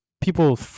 people